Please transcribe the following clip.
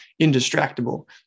indistractable